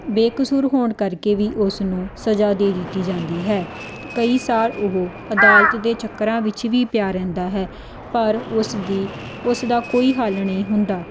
ਬੇਕਸੂਰ ਹੋਣ ਕਰਕੇ ਵੀ ਉਸ ਨੂੰ ਸਜ਼ਾ ਦੇ ਦਿੱਤੀ ਜਾਂਦੀ ਹੈ ਕਈ ਸਾਲ ਉਹ ਅਦਾਲਤ ਦੇ ਚੱਕਰਾਂ ਵਿੱਚ ਵੀ ਪਿਆ ਰਹਿੰਦਾ ਹੈ ਪਰ ਉਸ ਦੀ ਉਸ ਦਾ ਕੋਈ ਹੱਲ ਨਹੀਂ ਹੁੰਦਾ